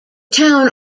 town